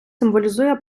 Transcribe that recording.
символізує